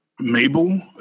Mabel